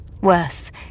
Worse